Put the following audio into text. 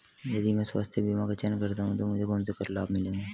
यदि मैं स्वास्थ्य बीमा का चयन करता हूँ तो मुझे कौन से कर लाभ मिलेंगे?